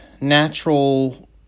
natural